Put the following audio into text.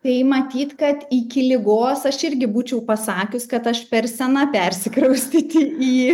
tai matyt kad iki ligos aš irgi būčiau pasakius kad aš per sena persikraustyti į